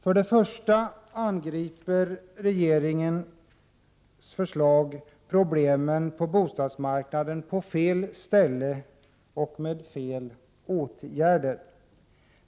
I regeringsförslaget angrips problemen på bostadsmarknaden på fel ställe och med fel åtgärder.